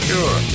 Sure